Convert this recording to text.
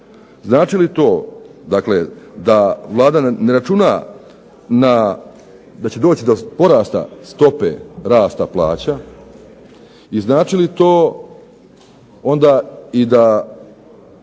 znači li to da Vlada ne računa da će doći do porasta stope rasta plaća i znači li to onda i da